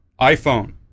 iPhone